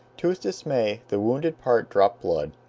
to his dismay the wounded part dropped blood.